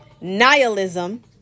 Nihilism